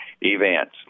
events